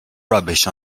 rubbish